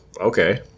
okay